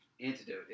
antidote